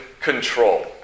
control